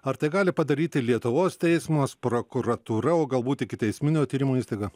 ar tai gali padaryti lietuvos teismas prokuratūra o galbūt ikiteisminio tyrimo įstaiga